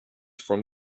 from